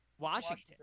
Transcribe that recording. Washington